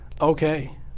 Okay